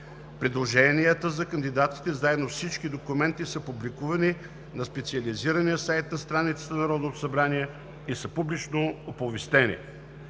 Предложенията за кандидатите, заедно с всички документи, са публикувани на специализирания сайт на страницата на Народното събрание, и са публично оповестени.